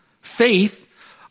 Faith